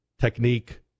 technique